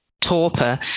torpor